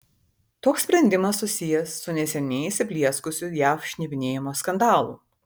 toks sprendimas susijęs su neseniai įsiplieskusiu jav šnipinėjimo skandalu